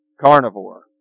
carnivore